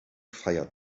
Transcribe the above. feiert